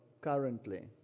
currently